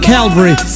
Calvary